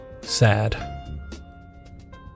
Sad